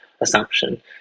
assumption